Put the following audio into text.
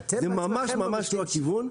זה מממש לא הכיוון.